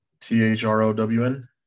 T-H-R-O-W-N